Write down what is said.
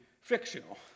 fictional